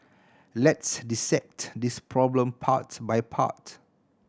let's dissect this problem part by part